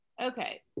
Okay